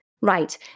Right